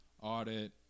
audit